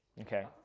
Okay